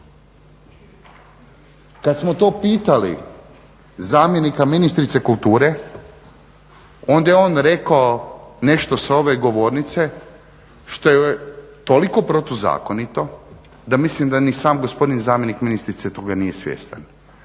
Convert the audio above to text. Kad smo to pitali zamjenika ministrice kulture, onda je on rekao nešto sa ove govornice što je toliko protuzakonito da mislim da ni sam gospodin zamjenik ministrice toga nije svjestan.